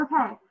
Okay